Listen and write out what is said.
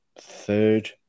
third